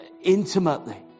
intimately